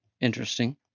Interesting